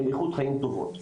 איכות חיים טובה.